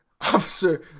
Officer